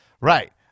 Right